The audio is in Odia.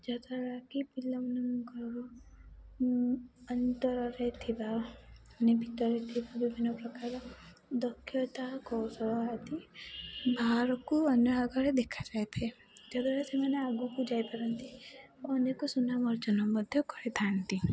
ଯଦ୍ଵାରାକି ପିଲାମାନଙ୍କର ଅନ୍ତରରେ ଥିବା ମାନେ ଭିତରେ ଥିବା ବିଭିନ୍ନ ପ୍ରକାର ଦକ୍ଷତା କୌଶଳ ଆଦି ବାହାରକୁ ଅନ୍ୟ ଆଗରେ ଦେଖାଯାଇଥାଏ ଯଦ୍ଵାରା ସେମାନେ ଆଗକୁ ଯାଇପାରନ୍ତି ଅନେକ ସୁନାମ ଅର୍ଜନ ମଧ୍ୟ କରିଥାନ୍ତି